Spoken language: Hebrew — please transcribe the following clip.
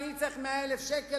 אני צריך 100,000 שקל,